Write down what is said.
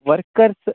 workers